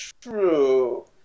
true